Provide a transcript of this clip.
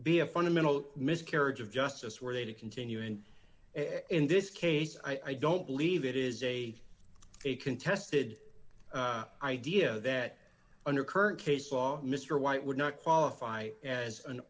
be a fundamental miscarriage of justice were they to continue and in this case i don't believe it is a a contested idea that under current case law mr white would not qualify as an